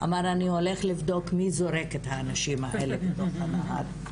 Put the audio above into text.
הוא אמר שהוא הולך לבדוק מי זורק את האנשים האלה לתוך הנהר.